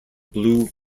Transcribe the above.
blue